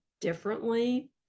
differently